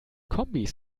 kombis